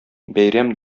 бәйрәм